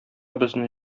безне